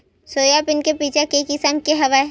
Soybean के बीज के किसम के हवय?